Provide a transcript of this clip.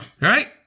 right